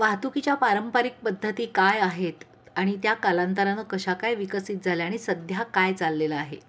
वाहतुकीच्या पारंपारिक पद्धती काय आहेत आणि त्या कालांतरानं कशा काय विकसित झाल्या आणि सध्या काय चाललेलं आहे